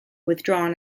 withdrawn